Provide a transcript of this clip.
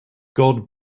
god